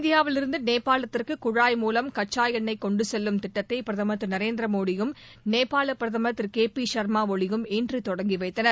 இந்தியாவிலிருந்து நேபாளத்திற்கு குழாய் மூவம் கச்சா எண்ணெய் கொண்டுசெல்லும் திட்டத்தை பிரதமர் திரு நரேந்திரமோடியும் நேபாள பிரதமர் சர்மா ஒலியும் இன்று தொடங்கி வைத்தனர்